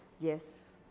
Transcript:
yes